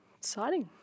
exciting